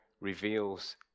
reveals